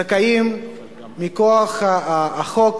זכאים מכוח החוק